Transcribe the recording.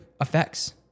effects